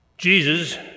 Jesus